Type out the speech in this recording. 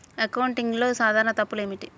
అకౌంటింగ్లో సాధారణ తప్పులు ఏమిటి?